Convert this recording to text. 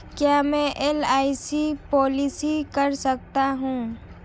क्या मैं LIC policy कर सकता हूं?